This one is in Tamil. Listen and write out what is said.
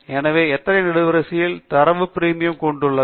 எனவே எத்தனை நெடுவரிசைகள் தரவு பிரீமியம் கொண்டுள்ளது